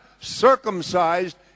circumcised